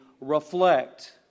reflect